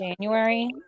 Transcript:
January